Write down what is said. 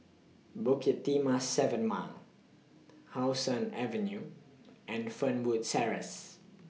Bukit Timah seven Mile How Sun Avenue and Fernwood Terrace